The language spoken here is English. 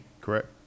correct